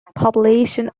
population